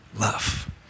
love